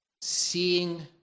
Seeing